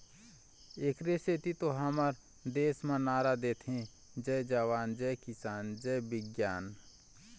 एखरे सेती तो हमर देस म नारा देथे जय जवान, जय किसान, जय बिग्यान